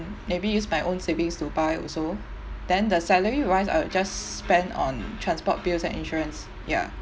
maybe use my own savings to buy also then the salary wise I will just spend on transport bills and insurance ya